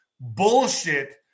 bullshit